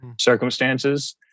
circumstances